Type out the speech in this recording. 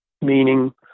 Meaning